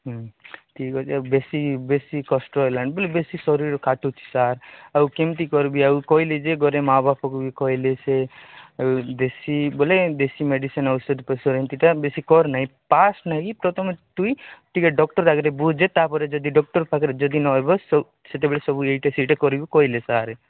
ହୁଁ ଠିକ୍ ଅଛି ଆଉ ବେଶୀ ବେଶୀ କଷ୍ଟ ହେଲାଣି ବୋଲି ବେଶୀ ଶରୀର କାଟୁଛି ସାର୍ ଆଉ କେମିତି କରିବି ଆଉ କହିଲି ଯେ ଘରେ ମାଆ ବାପା ବି କହିଲେ ଯେ ଦେଶୀ ବୋଲେ ଦେଶୀ ମେଡିସିନ୍ ଔଷଧ ତ ବେଶୀ କର ନାହିଁ ପ୍ରଥମେ ତୁ ଟିକେ ଡକ୍ଟର ଆଗରେ ବୁଝେ ତା ପରେ ଯଦି ଡକ୍ଟର ପାଖରେ ଯଦି ନ ହେବ ସେତେବେଳେ ସବୁ ଏଇଟା ସେଇଟା କରିବାକୁ କହିଲେ ସାର